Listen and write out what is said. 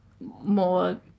more